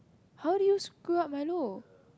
how do you screw up milo